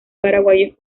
paraguayos